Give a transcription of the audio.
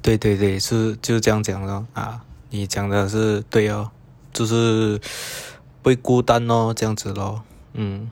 对对对就是就是这样讲 loh ha 你也讲了是对 loh 就是就是不会孤单 lor 这样子 lor hmm